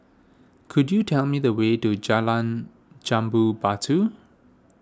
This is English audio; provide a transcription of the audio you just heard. could you tell me the way to Jalan Jambu Batu